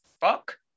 Fuck